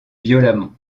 violemment